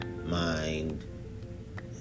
mind